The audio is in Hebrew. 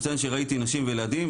לציין שראיתי נשים וילדים,